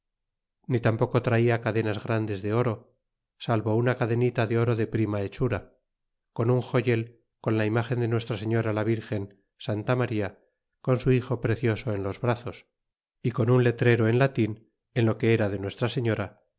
ni tampoco traia cacle as grandes de oro salvo una cadenita de oro de prima hechura con un joyel con la imagen de nuestra señora la virgen santa maria con su hijo precioso en los brazos y con un letrero en latin en lo que era de nuestra señora